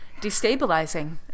destabilizing